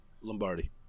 Lombardi